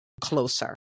closer